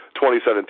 2017